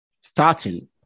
starting